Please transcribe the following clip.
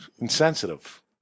insensitive